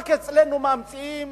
רק אצלנו ממציאים